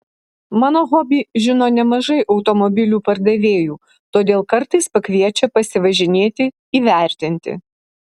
mano hobį žino nemažai automobilių pardavėjų todėl kartais pakviečia pasivažinėti įvertinti